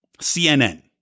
CNN